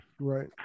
Right